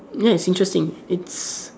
ya it's interesting it's